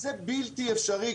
זה בלתי אפשרי,